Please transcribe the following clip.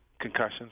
concussions